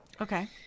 Okay